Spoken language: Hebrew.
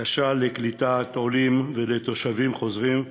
קשה לקליטת עולים ותושבים חוזרים,